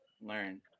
learn